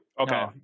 Okay